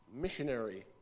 missionary